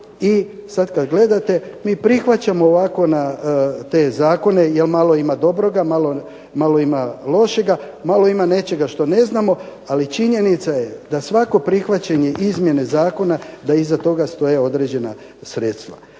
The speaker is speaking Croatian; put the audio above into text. I sada kada gledate mi prihvaćamo te zakone jer malo ima dobroga malo ima lošega, malo ima nečega što ne znamo, ali činjenica je da svako prihvaćanje izmjene zakona da iza toga stoje određena sredstva.